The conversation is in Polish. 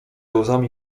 łzami